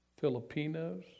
Filipinos